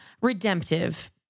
redemptive